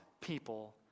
people